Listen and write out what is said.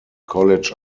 college